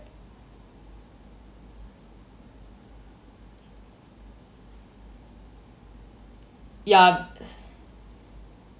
ya